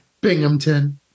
Binghamton